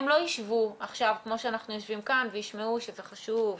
הם לא ישבו עכשיו כמו שאנחנו יושבים כאן וישמעו שזה חשוב,